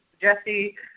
Jesse